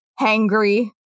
hangry